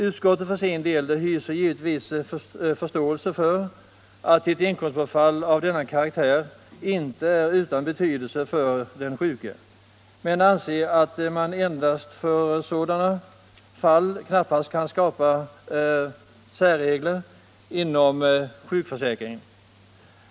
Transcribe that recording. Utskottet hyser för sin del givetvis förståelse för att ett inkomstbortfall av denna karaktär inte är utan betydelse för den sjuke men anser, att man endast för sådana fall knappast kan skapa särregler inom sjukförsäkringen.